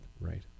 Right